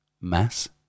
mass